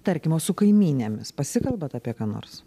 tarkim o su kaimynėmis pasikalbat apie ką nors